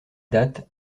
date